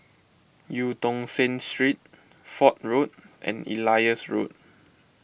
Eu Tong Sen Street Fort Road and Elias Road